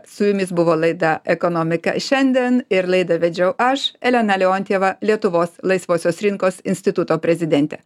su jumis buvo laida ekonomika šiandien ir laidą vedžiau aš elena leontjeva lietuvos laisvosios rinkos instituto prezidentė